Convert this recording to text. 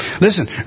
Listen